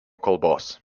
kalbos